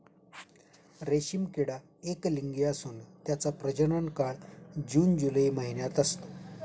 रेशीम किडा एकलिंगी असून त्याचा प्रजनन काळ जून जुलै महिन्यात असतो